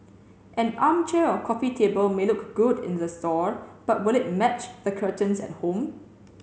an armchair or coffee table may look good in the store but will it match the curtains at home